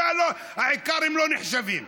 העיקר, הם לא נחשבים.